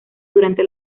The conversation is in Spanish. durante